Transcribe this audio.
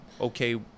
okay